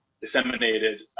disseminated